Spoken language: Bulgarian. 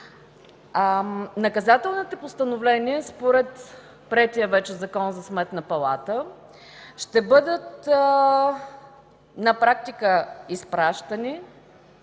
Наказателните постановления според приетия вече Закон за Сметната палата ще бъдат на практика изпращани